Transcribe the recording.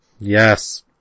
Yes